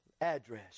address